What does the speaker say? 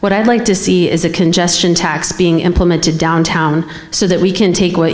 what i'd like to see is a congestion tax being implemented downtown so that we can take